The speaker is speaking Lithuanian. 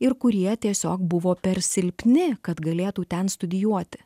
ir kurie tiesiog buvo per silpni kad galėtų ten studijuoti